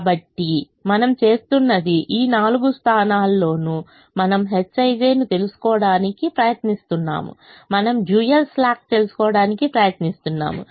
కాబట్టి మనం చేస్తున్నది ఈ నాలుగు స్థానాల్లోనూ మనము hij ను తెలుసుకోవడానికి ప్రయత్నిస్తున్నాము మనం డ్యూయల్ స్లాక్ తెలుసుకోవడానికి ప్రయత్నిస్తున్నాము